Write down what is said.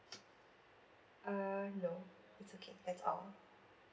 uh no it's okay that's all